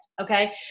Okay